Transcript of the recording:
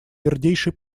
твердейший